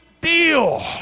deal